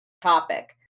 topic